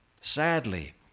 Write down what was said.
Sadly